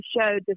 showed